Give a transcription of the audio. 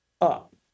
up